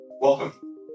Welcome